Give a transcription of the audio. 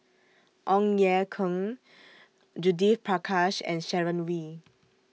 Ong Ye Kung Judith Prakash and Sharon Wee